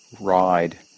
ride